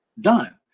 done